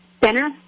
center